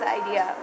idea